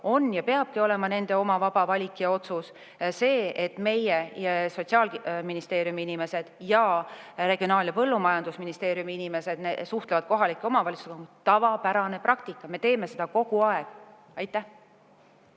on ja peabki olema nende oma vaba valik ja otsus. See, et Sotsiaalministeeriumi inimesed ja Regionaal- ja Põllumajandusministeeriumi inimesed suhtlevad kohalike omavalitsustega, on tavapärane praktika. Me teeme seda kogu aeg. Suur